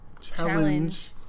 challenge